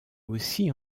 aussi